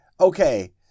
okay